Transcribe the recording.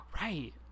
right